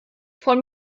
von